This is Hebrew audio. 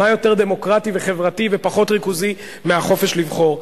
מה יותר דמוקרטי וחברתי ופחות ריכוזי מהחופש לבחור?